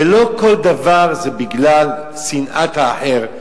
ולא כל דבר זה בגלל שנאת האחר,